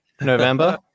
November